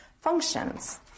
functions